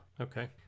Okay